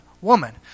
woman